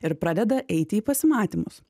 ir pradeda eiti į pasimatymus